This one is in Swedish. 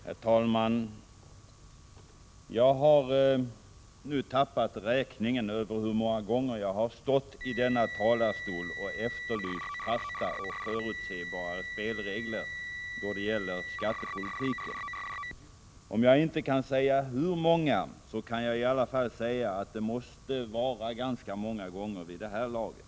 Herr talman! Jag har tappat räkningen över hur många gånger jag stått i denna talarstol och efterlyst fasta och förutsebara spelregler då det gäller skattepolitiken. Om jag inte kan säga hur många så kan jag i alla fall säga att det måste vara många gånger vid det här laget.